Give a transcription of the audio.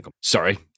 Sorry